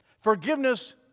Forgiveness